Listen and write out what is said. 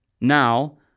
Now